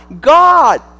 God